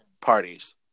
parties